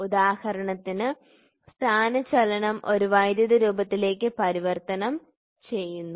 ഉദാഹരണത്തിന് സ്ഥാനചലനം ഒരു വൈദ്യുത രൂപത്തിലേക്ക് പരിവർത്തനം ചെയ്യുന്നു